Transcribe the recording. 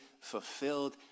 fulfilled